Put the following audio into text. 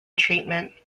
treatment